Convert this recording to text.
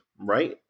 right